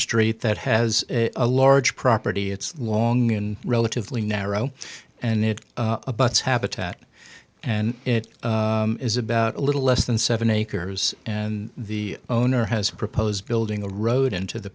street that has a large property it's long in relatively narrow and it abuts habitat and it is about a little less than seven acres and the owner has proposed building a road into the